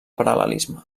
paral·lelisme